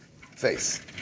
face